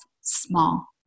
small